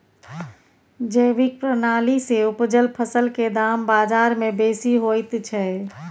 जैविक प्रणाली से उपजल फसल के दाम बाजार में बेसी होयत छै?